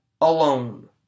alone